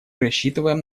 рассчитываем